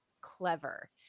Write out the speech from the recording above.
clever